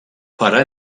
para